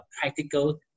practical